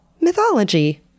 mythology